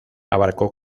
abarcó